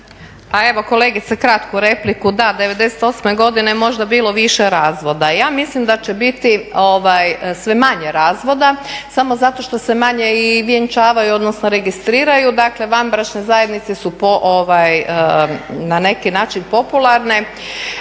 Pa evo kolegice kratku repliku. Da, '98. godine je možda bilo više razvoda. Ja mislim da će biti sve manje razvoda samo zato što se manje i vjenčavaju, odnosno registriraju. Dakle, vanbračne zajednice su na neki način popularne